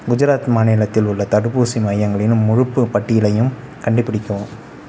குஜராத் மாநிலத்தில் உள்ள தடுப்பூசி மையங்களின் முழுப் பட்டியலையும் கண்டுபிடிக்கவும்